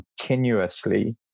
continuously